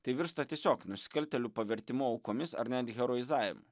tai virsta tiesiog nusikaltėlių pavertimu aukomis ar net heroizavimu